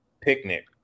picnic